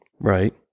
Right